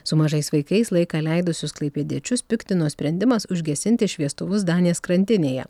su mažais vaikais laiką leidusius klaipėdiečius piktino sprendimas užgesinti šviestuvus danės krantinėje